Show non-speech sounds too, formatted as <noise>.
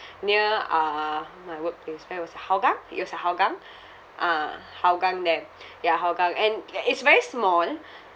near uh my work place where was it hougang it was at hougang ah hougang there ya hougang and <noise> it's very small